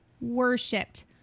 worshipped